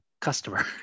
customer